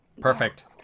Perfect